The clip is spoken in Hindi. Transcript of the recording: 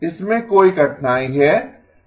इससे कोई कठिनाई है